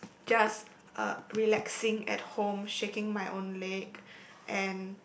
just uh relaxing at home shaking my own leg and